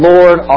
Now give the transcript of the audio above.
Lord